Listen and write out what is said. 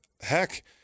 Heck